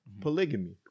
polygamy